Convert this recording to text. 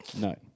No